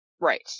Right